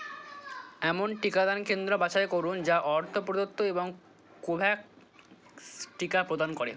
এমন টিকাদান কেন্দ্র বাছাই করুন যা অর্থ প্রদত্ত এবং কোভ্যাক্স টিকা প্রদান করেন